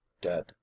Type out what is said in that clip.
dead